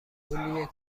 گلیه